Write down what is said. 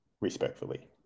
Respectfully